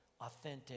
authentic